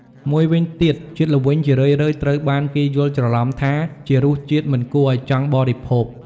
មួយវិញទៀត ជាតិល្វីងជារឿយៗត្រូវបានគេយល់ច្រឡំថាជារសជាតិមិនគួរអោយចង់បរិភោគ។